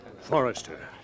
Forrester